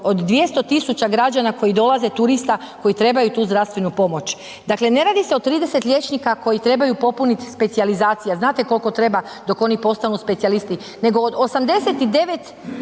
od 200 000 građana koji dolaze turista koji trebaju tu zdravstvenu pomoć, dakle ne radi se o 30 liječnika koji trebaju popunit specijalizacije, znate kolko treba dok oni postanu specijalisti, nego od 89